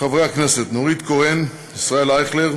חברי הכנסת נורית קורן, ישראל אייכלר,